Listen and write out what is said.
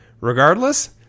Regardless